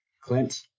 Clint